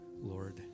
Lord